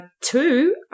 Two